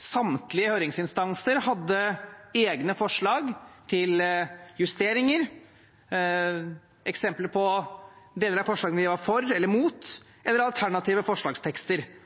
Samtlige høringsinstanser hadde egne forslag til justeringer, eksempler på deler av forslagene de var for, eller imot, eller alternative forslagstekster,